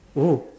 oh